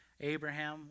Abraham